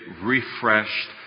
refreshed